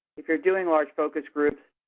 if you are doing large focus groups,